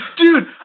Dude